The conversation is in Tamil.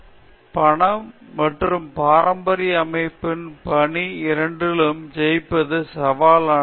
ஆஷா க்ராந்தி பணம் மற்றும் பாரம்பரிய அமைப்பிற்கான பணி இரண்டிலும் ஜெயிப்பது சவால் ஆனது